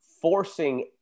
forcing